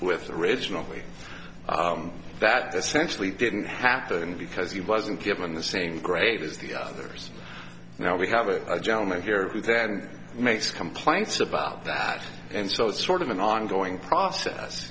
with originally that essentially didn't happen because he wasn't given the same grade as the others now we have a gentleman here who then makes complaints about that and so it's sort of an ongoing process